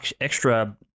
extra